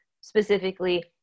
specifically